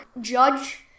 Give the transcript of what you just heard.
Judge